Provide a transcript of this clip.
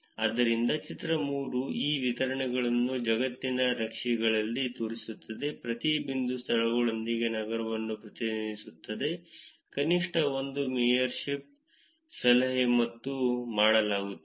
ಆದ್ದರಿಂದ ಚಿತ್ರ 3 ಈ ವಿತರಣೆಗಳನ್ನು ಜಗತ್ತಿನ ನಕ್ಷೆಗಳಲ್ಲಿ ತೋರಿಸುತ್ತದೆ ಪ್ರತಿ ಬಿಂದು ಸ್ಥಳಗಳೊಂದಿಗೆ ನಗರವನ್ನು ಪ್ರತಿನಿಧಿಸುತ್ತದೆ ಕನಿಷ್ಠ ಒಂದು ಮೇಯರ್ಶಿಪ್ ಸಲಹೆ ಮತ್ತು ಮಾಡಲಾಗುತ್ತದೆ